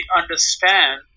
understand